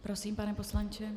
Prosím, pane poslanče.